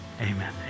amen